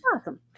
Awesome